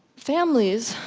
families,